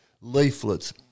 leaflets